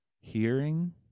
hearing